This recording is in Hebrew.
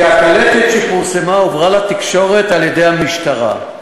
כי הקלטת שפורסמה הועברה לתקשורת על-ידי המשטרה,